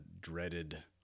dreaded